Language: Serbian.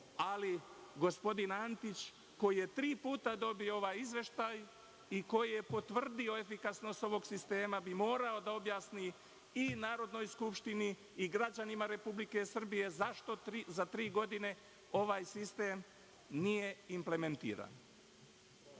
ali gospodin Antić, koji je tri puta dobio ovaj izveštaj i koji je potvrdio efikasnost ovog sistema, bi morao da objasni i Narodnoj skupštini i građanima Republike Srbije zašto za tri godine ovaj sistem nije implementiran?